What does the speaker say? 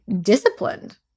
disciplined